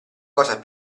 cosa